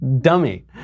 dummy